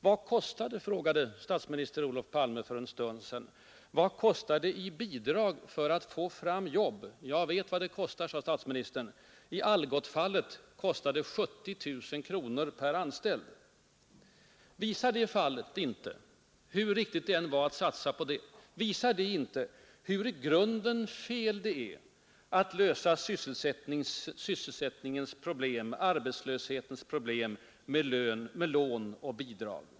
Vad kostar det, frågade statsminister Palme för en stund sedan, i bidrag att få fram jobb? Jag vet vad det kostar, sade statsministern. I Algotsfallet kostade det 70 000 kronor per anställd. Visar inte det fallet — hur riktigt det än var att satsa på det — hur i grunden fel det är att angripa sysselsättningens problem, arbetslöshetens problem, med lån och bidrag?